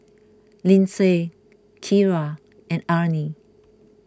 Lyndsay Kyra and Arne